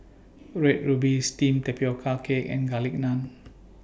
Red Ruby Steamed Tapioca Cake and Garlic Naan